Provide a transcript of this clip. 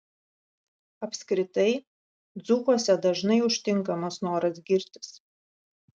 apskritai dzūkuose dažnai užtinkamas noras girtis